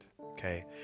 okay